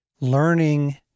learning